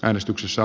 äänestyksessä